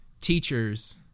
teachers